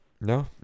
No